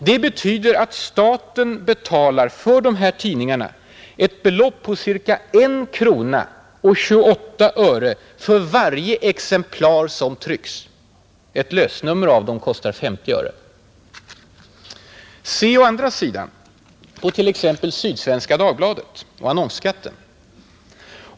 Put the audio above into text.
Det betyder att staten betalar de här tidningarna ett belopp på ca 1 krona och 28 öre för varje exemplar som trycks, Ett lösnummer av dem kostar 50 öre. Se å andra sidan på t.ex. Sydsvenska Dagbladet och annonsskatten.